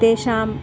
तेषाम्